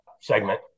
segment